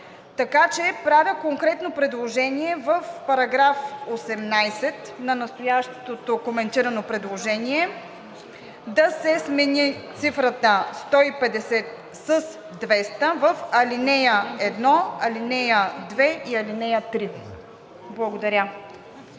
Така че правя конкретно предложение в § 18 на настоящото коментирано предложение да се смени цифрата „150“ с „200“ в ал. 1, ал. 2 и ал. 3. Благодаря.